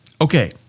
Okay